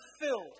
filled